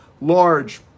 large